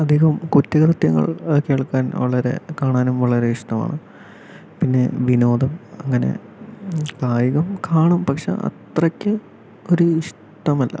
അധികം കുറ്റകൃത്യങ്ങൾ കേൾക്കാൻ വളരെ കാണാനും വളരെ ഇഷ്ടമാണ് പിന്നെ വിനോദം അങ്ങനെ കായികം കാണും പക്ഷെ അത്രയ്ക്ക് ഒരു ഇഷ്ടമല്ല